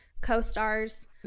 co-stars